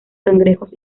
cangrejos